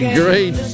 great